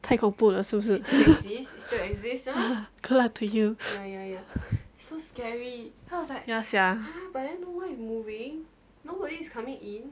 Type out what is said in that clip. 太恐怖了是不是 good luck to you ya sia